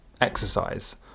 exercise